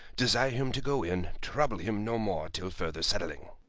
desire him to go in trouble him no more till further settling.